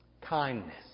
Kindness